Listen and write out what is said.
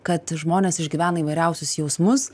kad žmonės išgyvena įvairiausius jausmus